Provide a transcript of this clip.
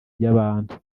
ry’abantu